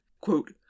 quote